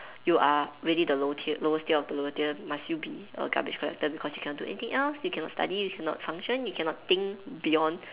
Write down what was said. you are really the low tier lowest tier of the lowest tier must you be a garbage collector because you cannot do anything else you cannot study you cannot function you cannot think beyond